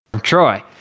Troy